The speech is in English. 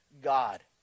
God